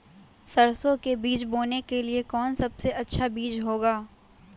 सरसो के बीज बोने के लिए कौन सबसे अच्छा बीज होगा?